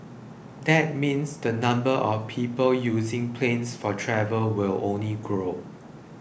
that means the number of people using planes for travel will only grow